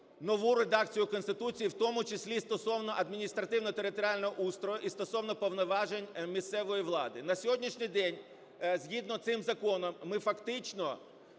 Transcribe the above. нову редакцію Конституції, в тому числі стосовно адміністративно-територіального устрою і стосовно повноважень місцевої влади. На сьогоднішній день згідно з цим законом ми фактично